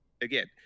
again